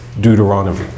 Deuteronomy